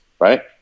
right